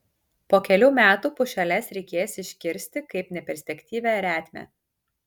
po kelių metų pušeles reikės iškirsti kaip neperspektyvią retmę